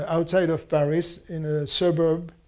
outside of paris, in a suburb